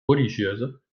religieuses